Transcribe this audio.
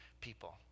people